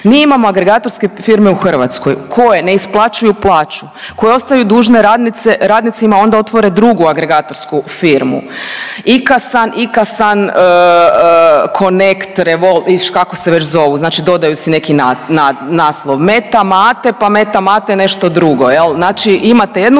Mi imamo agregatorske firme u Hrvatskoj koje ne isplaćuju plaću, koje ostaju dužne radnima, onda otvore drugu agregatorsku firmu IKASAN, IKASAN, Connect, Revol…, ili već kako se zovu, znači dodaju si neki naslov Meta Mate, pa Meta Mate nešto drugo jel, znači imate jednu